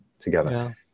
together